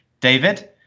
David